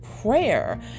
prayer